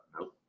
Nope